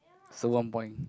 so one point